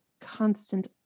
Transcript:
constant